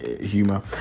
humor